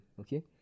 Okay